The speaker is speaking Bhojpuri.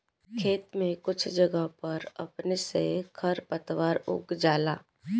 खेत में कुछ जगह पर अपने से खर पातवार उग जाला